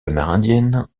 amérindiennes